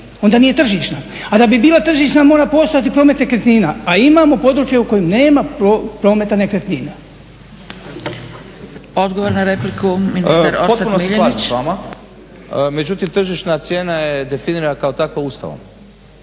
Onda nije tržišna. A da bi bila tržišna mora postojati promet nekretnina, a imamo područja u kojima nema prometa nekretnina. **Zgrebec, Dragica (SDP)** Odgovor na repliku, ministar Orsat Miljenić. **Miljenić, Orsat** Potpuno se slažem s vama, međutim tržišna cijena je definirana kao takva Ustavom.